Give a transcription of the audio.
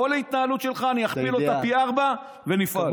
כל ההתנהלות שלך, אני אכפיל אותה פי ארבעה ונפעל.